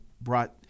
brought